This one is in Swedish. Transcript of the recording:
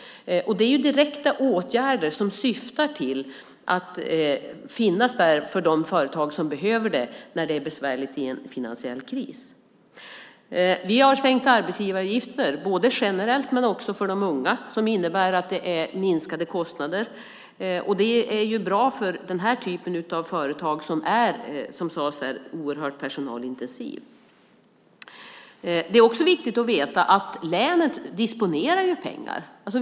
Det är direkta åtgärder som syftar till att finnas där för de företag som behöver dem när det är besvärligt i en finansiell kris. Vi har sänkt arbetsgivaravgifter generellt men också för de unga. Det innebär minskade kostnader. Det är bra för denna typ av företag som är, som sades här, oerhört personalintensiv. Det är också viktigt att veta att länet disponerar pengar.